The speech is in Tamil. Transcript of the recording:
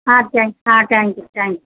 ah thanks ah thank you thanks